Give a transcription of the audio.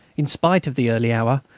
in spite of the early hour,